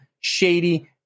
shady